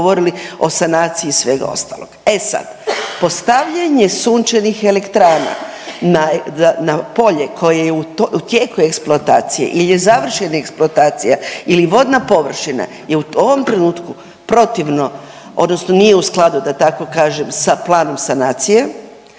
gdje smo govorili o sanaciji svega ostalog. E sad postavljanje sunčanih elektrana na, na polje koje je u tijeku eksploatacije il je završena eksploatacija ili vodna površina je u ovom trenutku protivno odnosno nije u skladu da tako kažem sa planom sanacije,